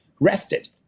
rested